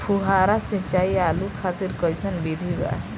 फुहारा सिंचाई आलू खातिर कइसन विधि बा?